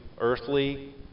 earthly